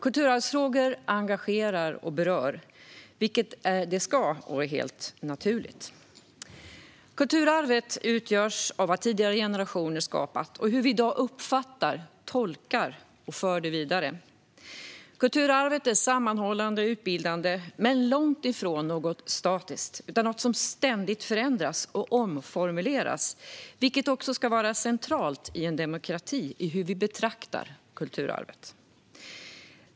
Kulturarvsfrågor engagerar och berör, vilket de ska göra och är helt naturligt. Kulturarvet utgörs av vad tidigare generationer har skapat och hur vi i dag uppfattar, tolkar och för det vidare. Kulturarvet är sammanhållande och utbildande men långt ifrån statiskt, utan det är något som ständigt förändras och omformuleras - vilket ska vara centralt i hur vi i en demokrati betraktar kulturarvet.